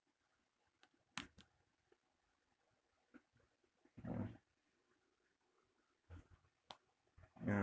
mm ya